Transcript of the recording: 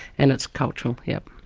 and it's cultural, yes.